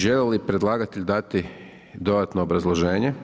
Želi li predlagatelj dati dodatno obrazloženje?